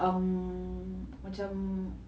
um macam